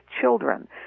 children